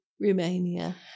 Romania